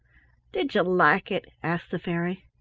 did you like it? asked the fairy.